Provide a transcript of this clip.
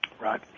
Right